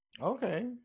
Okay